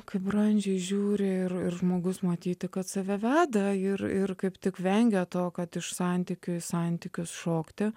kaip brandžiai žiūri ir ir žmogus matyti kad save veda ir ir kaip tik vengia to kad iš santykių į santykius šokti